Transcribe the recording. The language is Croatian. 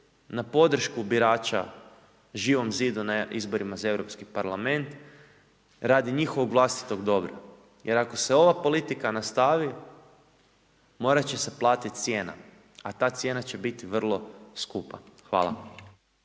na podršku birača Živom zidu na izborima za Europski parlament radi njihovog vlastitog dobra, jer ako se ova politika nastavi morat će se platiti cijena, a ta cijena će biti vrlo skupa. Hvala.